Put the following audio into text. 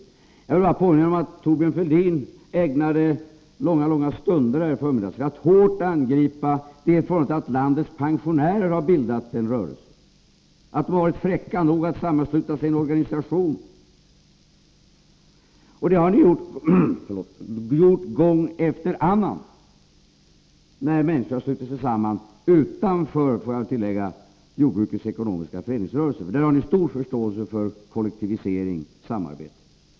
Men jag vill påminna om att Thorbjörn Fälldin ägnade långa stunder här i förmiddags till att hårt angripa det förhållandet att landets pensionärer har bildat en rörelse, att de har varit fräcka nog att sammansluta sig i en organisation. Och det har ni gjort gång efter annan när människor slutit sig samman utanför — det får jag väl tillägga — jordbrukets ekonomiska föreningsrörelse, för där har ni ju stor förståelse för kollektivisering och samarbete.